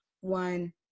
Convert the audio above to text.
one